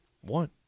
One